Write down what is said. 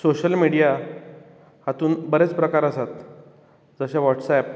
social media हातूंत बरेच प्रकार आसात जशें वॉट्सऍप